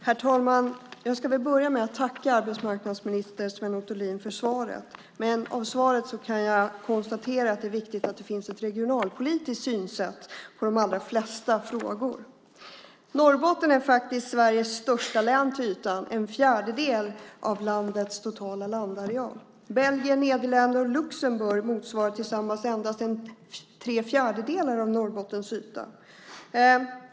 Herr talman! Jag ska börja med att tacka arbetsmarknadsminister Sven Otto Littorin för svaret, men med anledning av svaret kan jag konstatera att det är viktigt att det finns ett regionalpolitiskt synsätt i de allra flesta frågor. Norrbotten är faktiskt Sveriges största län till ytan, en fjärdedel av landets totala landareal. Belgien, Nederländerna och Luxemburg motsvarar tillsammans endast tre fjärdedelar av Norrbottens yta.